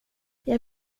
jag